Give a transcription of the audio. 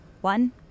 One